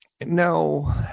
No